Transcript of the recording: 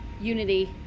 unity